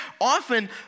Often